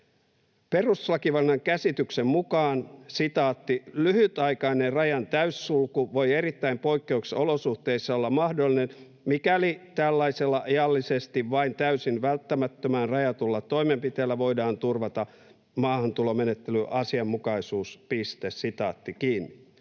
Perustuslakivaliokunnan käsityksen mukaan ”lyhytaikainen rajan täyssulku voi erittäin poikkeuksellisissa olosuhteissa olla mahdollinen, mikäli tällaisella ajallisesti vain täysin välttämättömään rajatulla toimenpiteellä voidaan turvata maahantulomenettelyn asianmukaisuus”. Kysyn: